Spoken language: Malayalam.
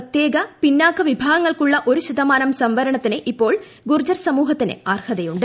പ്രത്യേക പിന്നാക്ക വിഭാഗങ്ങൾക്കുള്ള ഒരു ശതമാനം സംവരണത്തിന് ഇപ്പോൾ ഗുർജാർ സമൂഹത്തിന് അർഹതയുണ്ട്